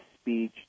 speech